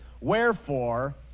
wherefore